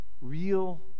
real